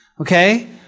Okay